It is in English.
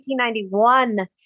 1991